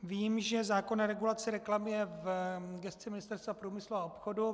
Vím, že zákonná regulace reklamy je v gesci Ministerstva průmyslu a obchodu.